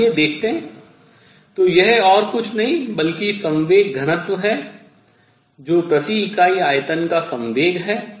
आइए देखते हैं तो यह और कुछ नहीं बल्कि संवेग घनत्व है जो प्रति इकाई आयतन का संवेग है